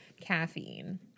caffeine